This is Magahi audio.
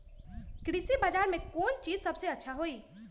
कृषि बजार में कौन चीज सबसे अच्छा होई?